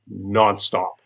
nonstop